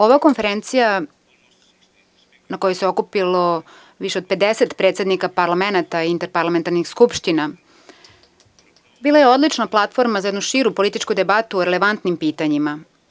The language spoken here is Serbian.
Ova konferencija, na kojoj se okupilo više od 50 predsednika parlamenata interparlamentarnih skupština, bila je odlična platforma za jednu širu političku debatu o relevantnim pitanjima.